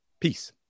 Peace